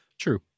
True